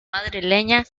madrileña